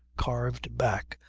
carved back,